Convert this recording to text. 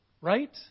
right